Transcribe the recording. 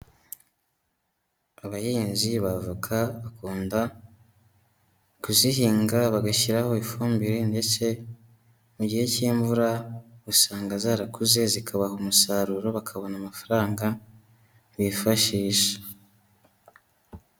Abahinzi bavoka bakunda kuzihinga bagashyiraho ifumbire ndetse mu gihe cy'imvura usanga zarakuze zikabaha umusaruro, bakabona amafaranga bifashisha.